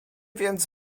więc